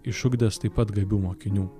išugdęs taip pat gabių mokinių